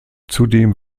zudem